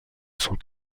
sont